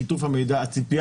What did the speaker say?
הציפיה